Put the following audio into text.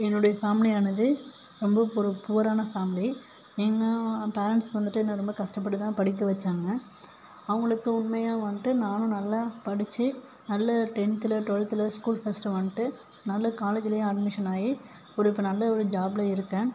என்னுடைய ஃபேமிலியானது ரொம்ப ஒரு புவரான ஃபேமிலி ஏன்னால் என் பேரண்ட்ஸ் வந்துட்டு என்ன ரொம்ப கஷ்டப்பட்டுதான் படிக்க வச்சாங்க அவங்களுக்கு உண்மையா வந்துட்டு நானும் நல்லா படித்து நல்ல டென்த்தில் டுவல்த்தில் ஸ்கூல் ஃபஸ்ட்டு வந்துட்டு நல்ல காலேஜ்லேயும் அட்மிஷன் ஆகி ஒரு இப்போ நல்ல ஒரு ஜாப்பில் இருக்கேன்